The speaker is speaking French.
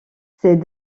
c’est